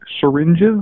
syringes